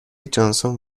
جانسون